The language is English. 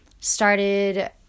started